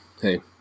hey